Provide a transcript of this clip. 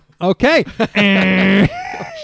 Okay